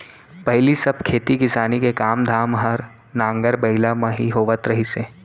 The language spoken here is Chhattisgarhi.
पहिली सब खेती किसानी के काम धाम हर नांगर बइला म ही होवत रहिस हे